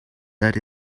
that